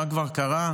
מה כבר קרה,